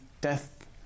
Death